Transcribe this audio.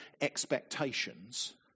expectations